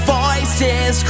voices